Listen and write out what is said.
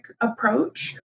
approach